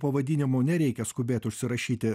pavadinimų nereikia skubėt užsirašyti